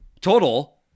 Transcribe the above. total